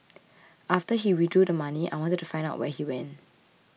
after he withdrew the money I wanted to find out where he went